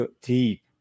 deep